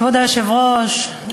כבוד היושב-ראש,